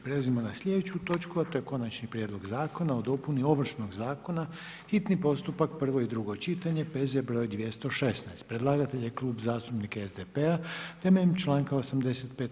Prelazimo na slijedeću točku a to je: - Konačni prijedlog Zakona o dopuni Ovršnog zakona, hitni postupak, prvo i drugo čitanje, P.Z. br. 216 Predlagatelj je Klub zastupnika SDP-a temeljem članka 85.